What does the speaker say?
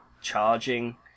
charging